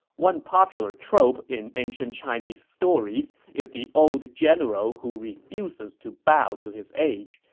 one popular trope in ancient chinese stories is the old general who refuses to bow to his age,